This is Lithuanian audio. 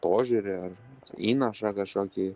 požiūrį ar įnašą kažkokį